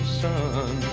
sun